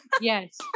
Yes